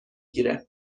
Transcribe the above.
گیره